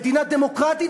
מדינה דמוקרטית,